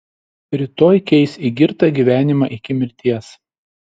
rytoj keis į girtą gyvenimą iki mirties